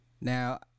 Now